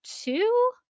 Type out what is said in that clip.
two